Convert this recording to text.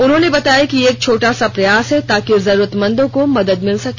उन्होंने बताया कि ये एक छोटा सा प्रयास हैं ताकि जरूरमंद को मदद मिल सके